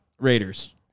Raiders